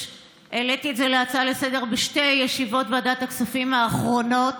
העליתי את זה כהצעה לסדר-היום בשתי ישיבות ועדת הכספים האחרונות,